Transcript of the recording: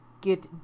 get